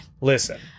listen